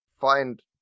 find